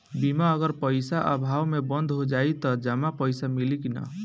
बीमा अगर पइसा अभाव में बंद हो जाई त जमा पइसा मिली कि न?